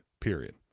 period